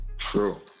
True